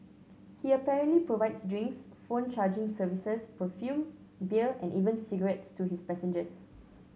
he apparently provides drinks phone charging services perfume beer and even cigarettes to his passengers